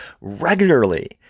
regularly